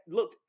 Look